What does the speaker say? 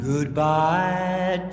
Goodbye